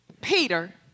Peter